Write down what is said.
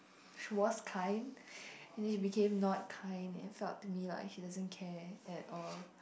she was kind and then she became not kind and I felt to me like she doesn't care at all